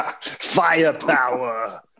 firepower